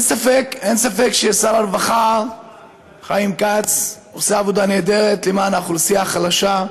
אין ספק ששר הרווחה חיים כץ עושה עבודה נהדרת למען האוכלוסייה החלשה,